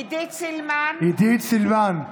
עידית סילמן.